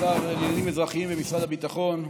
השר לעניינים אזרחיים במשרד הביטחון,